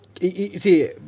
see